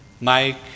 Mike